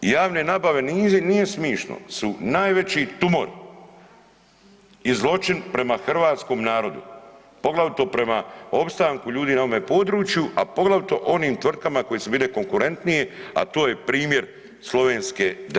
Javne nabave, nije smišno, su najveći tumor i zločin prema hrvatskom narodu poglavito prema opstanku ljudi na ovome području, a poglavito onim tvrtkama koje su bile konkurentnije, a to je primjer Slovenske 9. Hvala.